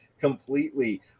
completely